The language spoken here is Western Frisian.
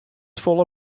folle